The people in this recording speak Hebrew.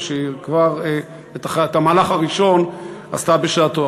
ושכבר את המהלך הראשון עשתה בשעתה.